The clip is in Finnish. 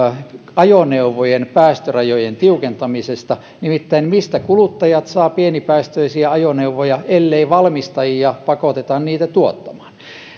ajoneuvojen päästörajojen tiukentamisesta nimittäin mistä kuluttajat saavat pienipäästöisiä ajoneuvoja ellei valmistajia pakoteta niitä tuottamaan